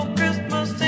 Christmas